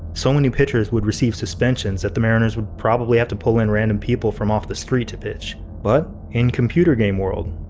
so many pitchers would receive suspensions at the mariners, would probably have to pull in random people from off the street to pitch. but, in computer game world,